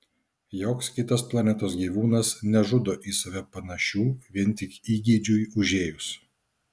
joks kitas planetos gyvūnas nežudo į save panašių vien tik įgeidžiui užėjus